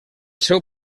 seu